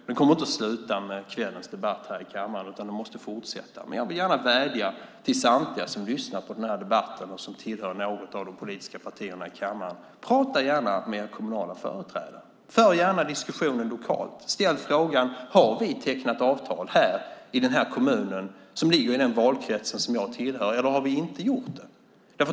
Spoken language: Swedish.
Den kommer inte att sluta med kvällens debatt här i kammaren utan den måste fortsätta. Jag vill gärna vädja till samtliga som lyssnar på den här debatten och som tillhör något av de politiska partierna i kammaren: Prata gärna med era kommunala företrädare! För gärna diskussioner lokalt! Ställ frågan: Har vi tecknat avtal i den här kommunen som ligger i den valkrets som jag tillhör eller har vi inte gjort det?